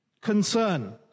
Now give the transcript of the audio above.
concern